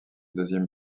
deuxième